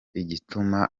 igituma